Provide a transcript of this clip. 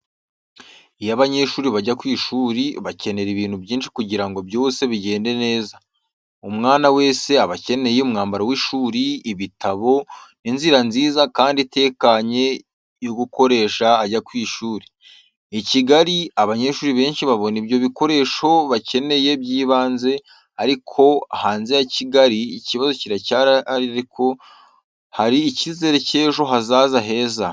Iyo abanyeshuri bajya ku ishuri, bakenera ibintu byinshi kugira ngo byose bigende neza. Umwana wese aba akeneye umwambaro w’ishuri, ibitabo, n’inzira nziza kandi itekanye yo gukoresha ajya ku ishuri. I Kigali, abanyeshuri benshi babona ibyo bikoresho bakeneye by’ibanze, ariko hanze ya Kigali, ikibazo kiracyahari ariko hari icyizere cy’ejo hazaza heza.